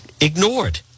ignored